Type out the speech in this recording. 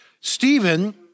Stephen